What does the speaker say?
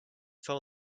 phone